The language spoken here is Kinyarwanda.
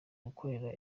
gukora